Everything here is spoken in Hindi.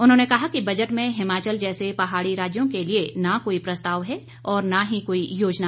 उन्होंने कहा कि बजट में हिमाचल जैसे पहाड़ी राज्यों के लिए न कोई प्रस्ताव है न ही कोई योजना